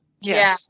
yeah,